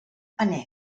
annex